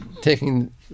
taking